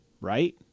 right